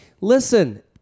listen